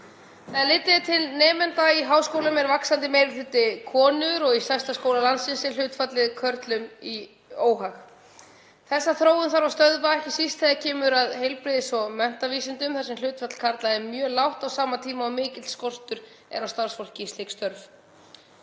Þegar litið er til nemenda í háskólum er vaxandi meiri hluti konur og í stærsta skóla landsins er hlutfallið körlum í óhag. Þessa þróun þarf að stöðva, ekki síst þegar kemur að heilbrigðis- og menntavísindum þar sem hlutfall karla er mjög lágt á sama tíma og mikill skortur er á starfsfólki í slík störf.